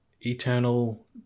eternal